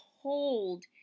hold